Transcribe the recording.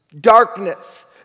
darkness